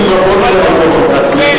כבר שנים רבות את לא חברת כנסת,